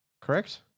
Correct